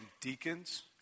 deacons